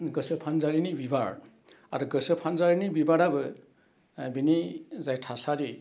गोसो फानजारिनि बिबार आरो गोसो फानजारिनि बिबाराबो बिनि जाय थासारि